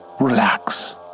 relax